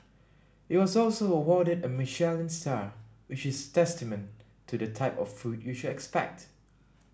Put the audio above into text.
it was also awarded a Michelin star which is testament to the type of food you should expect